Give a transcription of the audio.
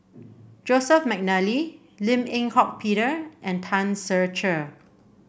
Joseph McNally Lim Eng Hock Peter and Tan Ser Cher